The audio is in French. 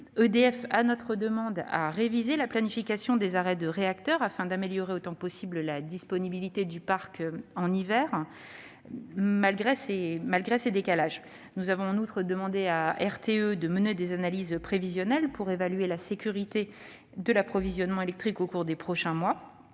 À notre demande, EDF a révisé la planification des arrêts de réacteurs, afin d'améliorer autant que possible la disponibilité du parc en hiver, malgré ces décalages. En outre, nous avons demandé à RTE de mener des analyses prévisionnelles pour évaluer la sécurité de l'approvisionnement électrique au cours des prochains mois.